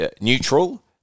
neutral